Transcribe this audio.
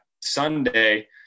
Sunday